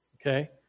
okay